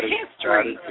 history